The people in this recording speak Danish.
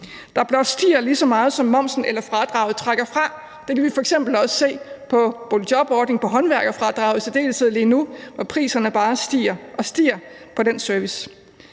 der blot stiger lige så meget, som momsen eller fradraget trækker fra. Det kan vi f.eks. også se på boligjobordningen, på håndværkerfradraget i særdeleshed lige nu, hvor priserne bare stiger og stiger på den service.